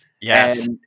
Yes